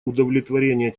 удовлетворения